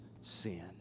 sin